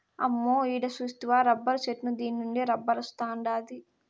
అమ్మో ఈడ సూస్తివా రబ్బరు చెట్టు దీన్నుండే రబ్బరొస్తాండాది